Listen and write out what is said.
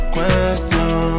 Question